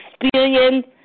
experience